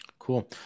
cool